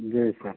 जी sir